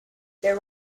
there